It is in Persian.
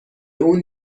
اون